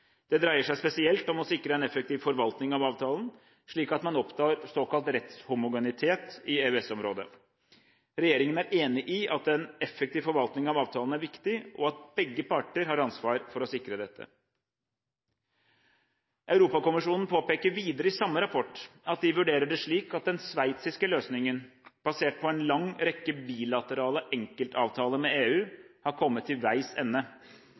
Det dreier seg spesielt om å sikre en effektiv forvaltning av avtalen, slik at man oppnår såkalt rettshomogenitet i EØS-området. Regjeringen er enig i at en effektiv forvaltning av avtalen er viktig, og at begge parter har ansvar for å sikre dette. Europakommisjonen påpeker videre i samme rapport at de vurderer det slik at den sveitsiske løsningen, basert på en lang rekke bilaterale enkeltavtaler med EU, har kommet til veis ende.